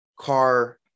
car